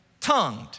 tongued